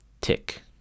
Tick